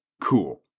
cool